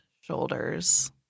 shoulders